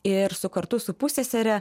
ir su kartu su pussesere